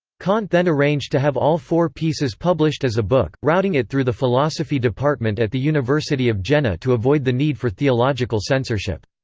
kant then arranged to have all four pieces published as a book, routing it through the philosophy department at the university of jena to avoid the need for theological censorship.